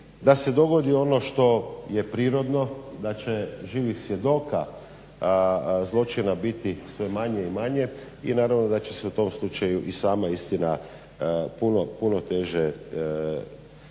da se dogodi ono što je prirodno da će živih svjedoka zločina biti sve manje i manje i naravno da će se u tom slučaju i sama istina puno teže utvrditi.